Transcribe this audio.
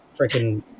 freaking